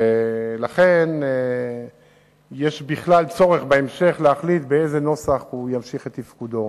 ולכן יש צורך בהמשך להחליט באיזה נוסח הוא ימשיך את תפקידו.